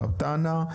עטאונה.